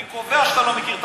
לא לא לא,